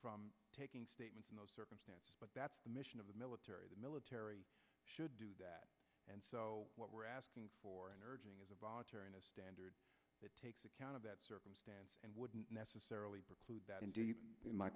from taking statements in those circumstances but that's the mission of the military the military should do that and so what we're asking for in urging is a voluntary and a standard that takes account of that circumstance and wouldn't necessarily preclude that and